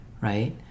Right